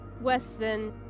Weston